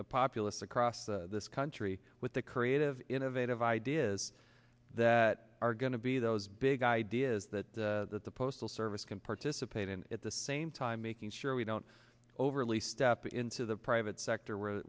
populace across this country with creative innovative ideas that are going to be those big ideas that that the postal service can participate in at the same time making sure we don't overly step into the private sector where